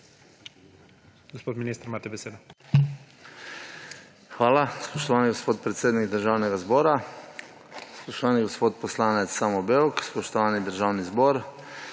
Hvala, spoštovani gospod predsednik Državnega zbora. Spoštovani poslanec Samo Bevk, spoštovani Državni zbor!